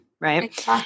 right